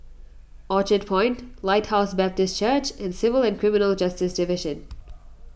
Orchard Point Lighthouse Baptist Church and Civil and Criminal Justice Division